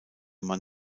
man